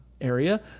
area